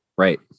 Right